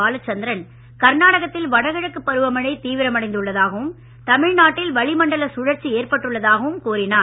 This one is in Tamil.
பாலசந்திரன் கர்நாடகத்தில் வடகிழக்கு பருவமழை தீவிரமடைந்து உள்ளதாகவும் தமிழ்நாட்டில் வளிமண்டல சுழற்சி ஏற்பட்டுள்ளதாகவும் கூறினார்